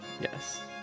Yes